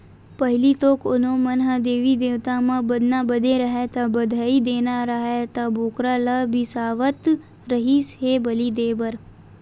पहिली तो कोनो मन ह देवी देवता म बदना बदे राहय ता, बधई देना राहय त बोकरा ल बिसावत रिहिस हे बली देय बर